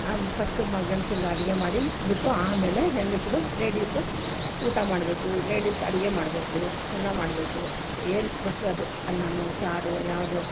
ನಾನ್ first ಮ ಗಂಡ್ಸರ್ಗೆ ಅಡುಗೆ ಮಾಡಿ ಇಟ್ಬಿಟ್ಟು ಆಮೇಲೆ ಹೆಂಗಸರು ಲೇಡೀಸು ಊಟ ಮಾಡಬೇಕು ಲೇಡೀಸ್ ಅಡುಗೆ ಮಾಡಬೇಕು ಎಲ್ಲ ಮಾಡಬೇಕು ಸೈ ಏನು ಬರ್ತದೆ ಅದು ಅನ್ನನೋ ಸಾರೋ ಯಾವುದೋ